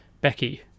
Becky